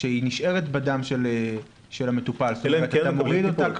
שהיא נשארת בדם של המטופל --- אלא אם כן מקבלים טיפול.